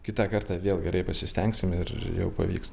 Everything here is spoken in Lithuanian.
kitą kartą vėl gerai pasistengsim ir jau pavyks